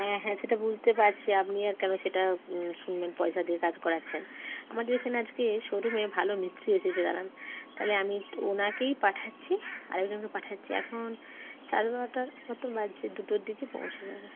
হ্যাঁ হ্যাঁ সেটা বুঝতে পারছি আপনি আর কেন সেটা শুনবেন পয়সা দিয়ে কাজ করাচ্ছেন আমাদের এখানে আজকে শোরুমে ভালো মিস্ত্রি এসেছে দাঁড়ান তাহলে আমি ওঁকেই পাঠাচ্ছি আর একজনকে পাঠাচ্ছি এখন সাড়ে বারোটার মতো বাজছে দুটোর দিকে পৌঁছে যাবে